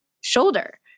shoulder